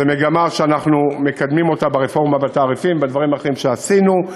זו מגמה שאנחנו מקדמים ברפורמה בתעריפים ובדברים אחרים שעשינו.